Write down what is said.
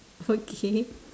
okay